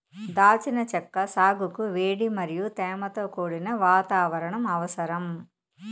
దాల్చిన చెక్క సాగుకు వేడి మరియు తేమతో కూడిన వాతావరణం అవసరం